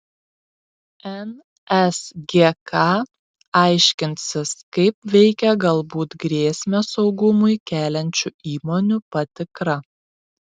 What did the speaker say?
nsgk aiškinsis kaip veikia galbūt grėsmę saugumui keliančių įmonių patikra